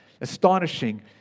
Astonishing